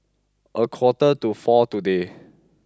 a quarter to four today